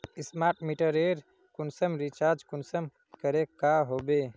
Smart मीटरेर कुंसम recharge कुंसम करे का बो?